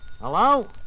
Hello